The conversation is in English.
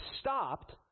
stopped